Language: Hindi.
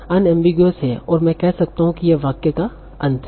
तो यह अनएमबीगिउस हैं और मैं कह सकता हूं कि यह वाक्य का अंत है